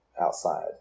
outside